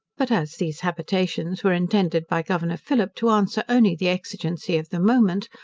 but as these habitations were intended by governor phillip to answer only the exigency of the moment,